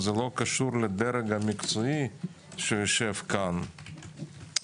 זה לא קשור לדרג המקצועי שיושב פה אבל